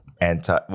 anti